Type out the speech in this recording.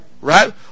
Right